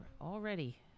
Already